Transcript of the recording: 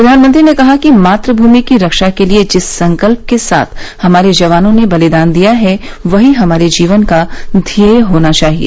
प्रधानमंत्री ने कहा कि मातृभूमि की रक्षा के लिए जिस संकल्प के साथ हमारे जवानों ने बलिदान दिया है वही हमारे जीवन का ध्येय होना चाहिए